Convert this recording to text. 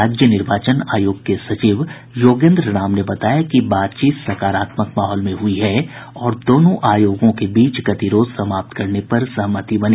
राज्य निर्वाचन आयोग के सचिव योगेन्द्र राम ने बताया कि बातचीत सकारात्मक माहौल में हुई है और दोनों आयोगों के बीच गतिरोध समाप्त करने पर सहमति बनी